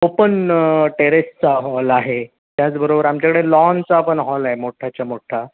open टेरेसचा hall आहे त्याचबरोबर आमच्याकडे लॉनचा पण हॉल आहे मोठाच्या मोठा